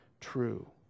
true